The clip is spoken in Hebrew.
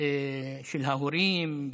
של ההורים,